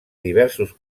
diversos